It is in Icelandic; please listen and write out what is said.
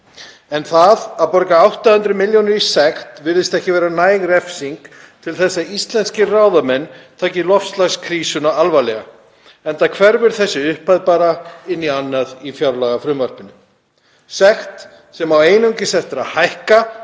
En það að borga 800 millj. kr. sekt virðist ekki vera næg refsing til að íslenskir ráðamenn taki loftslagskrísuna alvarlega enda hverfur þessi upphæð bara inn í annað í fjárlagafrumvarpinu. Þetta er sekt sem á einungis eftir að hækka